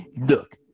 Look